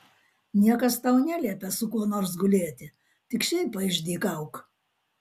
niekas tau neliepia su kuo nors gulėti tik šiaip paišdykauk